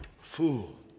fool